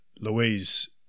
Louise